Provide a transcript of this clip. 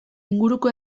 inguruko